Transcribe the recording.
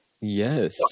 Yes